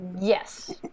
Yes